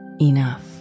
enough